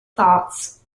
thoughts